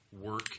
work